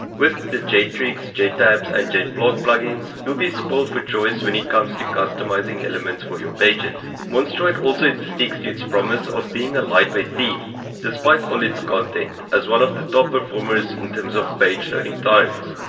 with the jet tricks, jet tabs and jet blog plugins, you'll be spoiled for choice when it comes to customizing elements for your pages. monstroid also sticks to its promise of being a lightweight theme despite all its content as one of the top performers in terms of page loading times.